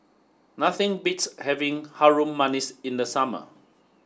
nothing beats having Harum Manis in the summer